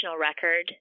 record